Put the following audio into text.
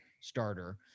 Starter